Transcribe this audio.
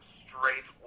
straight